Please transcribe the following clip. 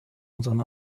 unseren